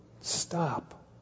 stop